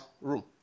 room